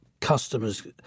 customers